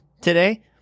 today